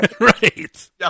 Right